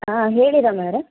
ಹಾಂ ಹೇಳಿ ರಮ್ಯ ಅವರೇ